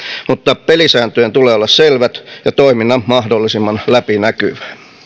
mutta pelisääntöjen tulee olla selvät ja toiminnan mahdollisimman läpinäkyvää